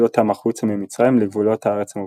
אותם החוצה ממצרים לגבולות הארץ המובטחת.